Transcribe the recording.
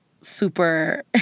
super